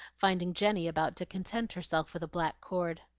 finding jenny about to content herself with a black cord.